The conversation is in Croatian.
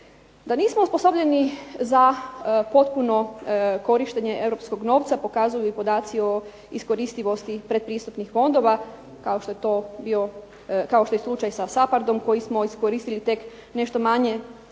Da nismo osposobljeni za potpuno korištenje europskog novca pokazuju i podaci o iskoristivosti predpristupnih fondova kao što je slučaj sa SAPHARD-om koji smo iskoristili tek nešto manje,